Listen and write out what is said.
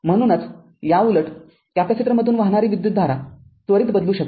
म्हणूनचयाउलट कॅपेसिटरमधून वाहणारी विद्युतधारा त्वरित बदलू शकते